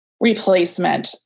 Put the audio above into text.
replacement